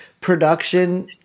production